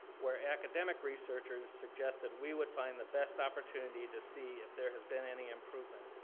where academic researchers suggested we would find the best opportunity to see if there has been any improvement.